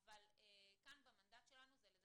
בשטח המעון ונקלטת במצלמות ולכן התשובה היא כן.